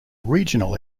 regional